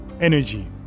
energy